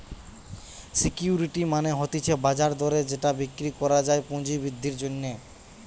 security মানে হতিছে বাজার দরে যেটা বিক্রি করা যায় পুঁজি বৃদ্ধির জন্যে